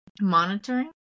monitoring